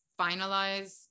finalize